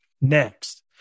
Next